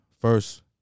first